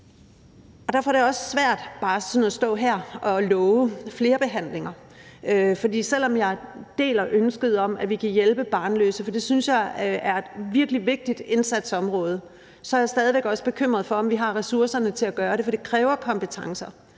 Derfor er det også svært bare at stå her og love flere behandlinger, for selv om jeg deler ønsket om, at vi kan hjælpe barnløse, for det synes jeg er et virkelig vigtigt indsatsområde, så er jeg stadig væk også bekymret for, om vi har ressourcerne til at gøre det, for det kræver kompetencer